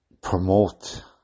promote